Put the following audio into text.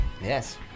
Yes